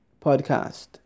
podcast